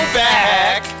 back